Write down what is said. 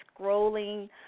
scrolling